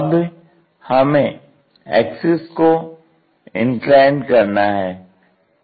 अब हमें एक्सिस को इंक्लाइंड करना है